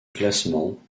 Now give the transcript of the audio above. classement